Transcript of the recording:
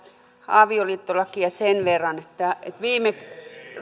avioliittolakia sen verran että viime